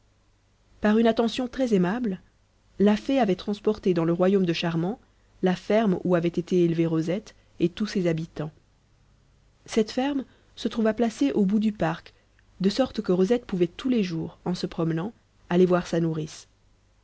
par une attention très aimable la fée avait transporté dans le royaume de charmant la ferme où avait été élevée rosette et tous ses habitants cette ferme se trouva placée au bout du parc de sorte que rosette pouvait tous les jours en se promenant aller voir sa nourrice